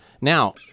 Now